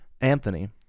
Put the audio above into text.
Anthony